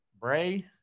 Bray